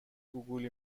گوگول